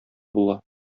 була